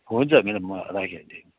हुन्छ म्याडम म राखेँ अहिले